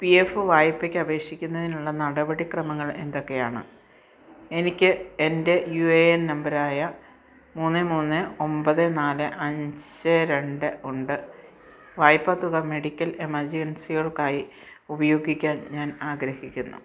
P F വായ്പയ്ക്ക് അപേക്ഷിക്കുന്നതിനുള്ള നടപടിക്രമങ്ങൾ എന്തൊക്കെയാണ് എനിക്ക് എൻ്റെ യു എ എൻ നമ്പർ ആയ മൂന്ന് മൂന്ന് ഒമ്പത് നാല് അഞ്ച് രണ്ട് ഉണ്ട് വായ്പ തുക മെഡിക്കൽ എമർജൻസികൾക്കായി ഉപയോഗിക്കാൻ ഞാൻ ആഗ്രഹിക്കുന്നു